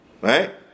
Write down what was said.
Right